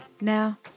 Now